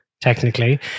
technically